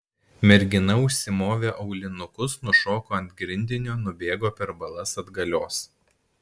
mergina užsimovė aulinukus nušoko ant grindinio nubėgo per balas atgalios